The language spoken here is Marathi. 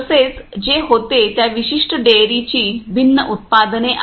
तसेच जे होते त्या विशिष्ट डेअरीची भिन्न उत्पादने आहेत